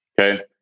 Okay